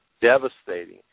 devastating